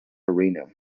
arena